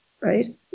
Right